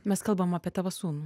mes kalbam apie tavo sūnų